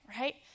right